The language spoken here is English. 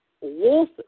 wolf